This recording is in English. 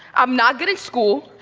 i'm not good at school,